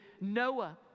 Noah